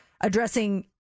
addressing